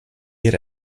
ihr